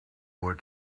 what